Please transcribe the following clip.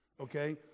Okay